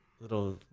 little